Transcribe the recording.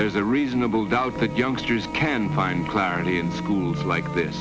there's a reasonable doubt that youngsters can find clarity in schools like th